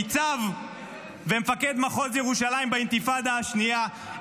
ניצב ומפקד מחוז ירושלים באינתיפאדה השנייה,